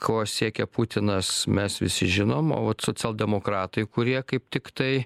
ko siekia putinas mes visi žinom socialdemokratai kurie kaip tiktai